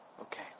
okay